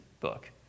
book